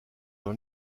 dans